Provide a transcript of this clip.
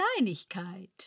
Kleinigkeit